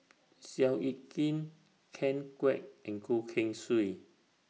Seow Yit Kin Ken Kwek and Goh Keng Swee